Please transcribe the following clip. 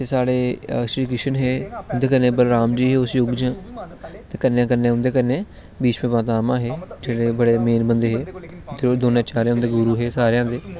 ते साढ़े श्री कृष्ण दे बलराम दे उस युद्ध च ते कन्नैं कन्नैं उंदे कन्नैं भीश्मपितामह हे जेह्ड़े मेन बंदे हे ते द्रोनाचार्य गुरु हे सारेआं दे